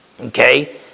Okay